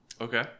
Okay